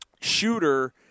shooter